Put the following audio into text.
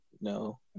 no